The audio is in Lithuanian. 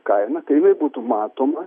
kainą kai jinai būtų matoma